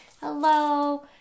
Hello